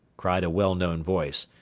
cried a well-known voice.